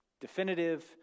Definitive